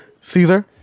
Caesar